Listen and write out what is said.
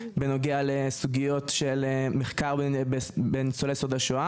לסוגיות של מחקר בניצולי שואה